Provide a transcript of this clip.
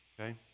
Okay